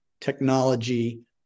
technology